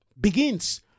begins